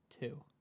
Two